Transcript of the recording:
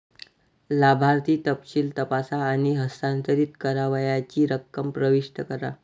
लाभार्थी तपशील तपासा आणि हस्तांतरित करावयाची रक्कम प्रविष्ट करा